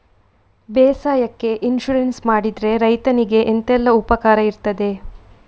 ಬೇಸಾಯಕ್ಕೆ ಇನ್ಸೂರೆನ್ಸ್ ಮಾಡಿದ್ರೆ ರೈತನಿಗೆ ಎಂತೆಲ್ಲ ಉಪಕಾರ ಇರ್ತದೆ?